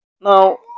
now